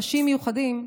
אנשים מיוחדים,